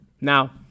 now